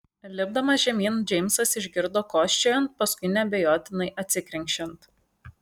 lipdamas žemyn džeimsas išgirdo kosčiojant paskui neabejotinai atsikrenkščiant